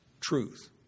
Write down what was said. truth